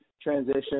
transition